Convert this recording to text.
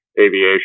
aviation